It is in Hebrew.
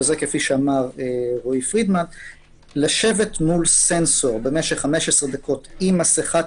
כפי שאמר רועי פרידמן - לשבת מול סנסור במשך 15 דקות עם מסיכת